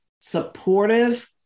supportive